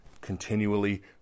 continually